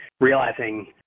realizing